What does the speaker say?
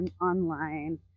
online